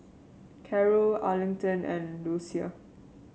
Carrol Arlington and Lucia